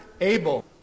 Abel